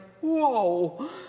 whoa